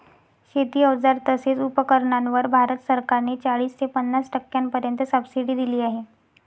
शेती अवजार तसेच उपकरणांवर भारत सरकार ने चाळीस ते पन्नास टक्क्यांपर्यंत सबसिडी दिली आहे